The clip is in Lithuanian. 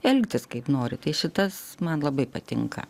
elgtis kaip nori tai šitas man labai patinka